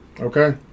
Okay